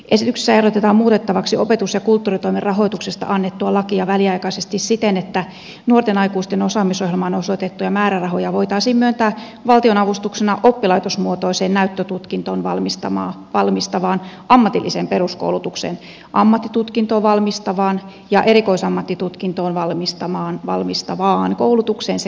esityksessä ehdotetaan muutettavaksi opetus ja kulttuuritoimen rahoituksesta annettua lakia väliaikaisesti siten että nuorten aikuisten osaamisohjelmaan osoitettuja määrärahoja voitaisiin myöntää valtionavustuksena oppilaitosmuotoiseen näyttötutkintoon valmistavaan ammatilliseen peruskoulutukseen ammattitutkintoon valmistavaan ja erikoisammattitutkintoon valmistavaan koulutukseen sekä tutkintotilaisuuksiin